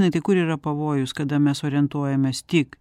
na tik kur yra pavojus kada mes orientuojamės tik